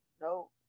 no